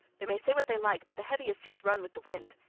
they may say what they like, but the heaviest seas run with the wind.